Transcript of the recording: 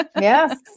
Yes